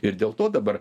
ir dėl to dabar